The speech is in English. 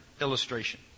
illustration